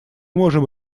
можем